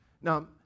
Now